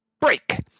Break